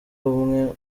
umwe